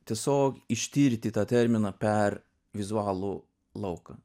tiesiog ištirti tą terminą per vizualų lauką